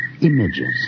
images